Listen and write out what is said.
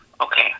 okay